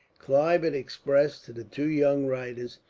clive had expressed, to the two young writers,